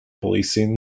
policing